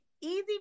easy